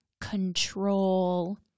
control